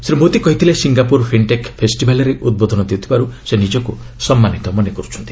ଶ୍ରୀ ମୋଦି କହିଥିଲେ Singapore fintech ଫେଷ୍ଟିଭାଲ୍ରେ ଉଦ୍ବୋଧନ ଦେଉଥିବାର୍ତ ସେ ନିଜକୁ ସମ୍ମାନିତ ମନେ କର୍ତ୍ଥନ୍ତି